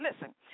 listen